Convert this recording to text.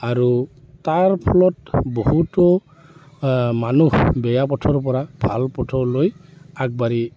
আৰু তাৰ ফলত বহুতো মানুহ বেয়া পথৰ পৰা ভাল পথলৈ আগবাঢ়ি